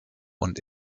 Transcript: und